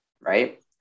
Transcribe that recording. right